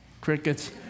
crickets